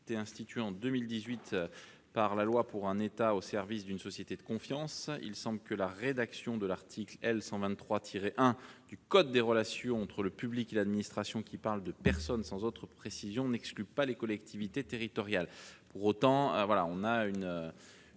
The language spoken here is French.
avait été institué en 2018 par la loi pour un État au service d'une société de confiance. En effet, la rédaction de l'article L. 123-1 du code des relations entre le public et l'administration, qui évoque des « personnes », sans autre précision, ne paraît pas exclure les collectivités territoriales. Pour autant, nous ne